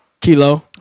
Kilo